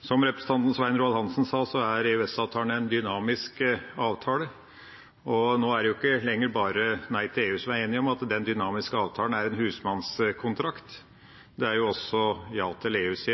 Som representanten Svein Roald Hansen sa, er EØS-avtalen en dynamisk avtale. Nå er det ikke lenger bare Nei til EU som er enig i at den dynamiske avtalen er en husmannskontrakt, det er også Ja til EUs